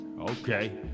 Okay